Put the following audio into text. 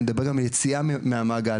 אלא גם יציאה מהמעגל,